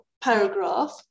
paragraph